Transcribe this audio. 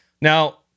Now